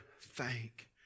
thank